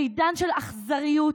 בעידן של אכזריות,